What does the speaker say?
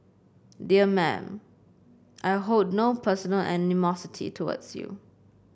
dear Madam I hold no personal animosity towards you